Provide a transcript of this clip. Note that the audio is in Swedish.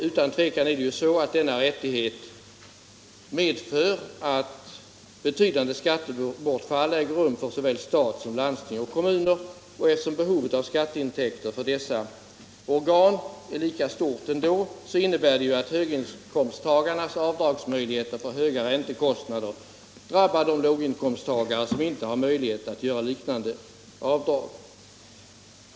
Utan tvivel medför den betydande skattebortfall för såväl staten som landsting och kommuner. Eftersom behovet av skatteintäkter för dessa organ är lika stort ändå, innebär den att höginkomsttagarnas avdragsmöjligheter för höga räntekostnader drabbar de låginkomsttagare som inte har några möjligheter att göra liknande avdrag.